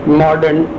modern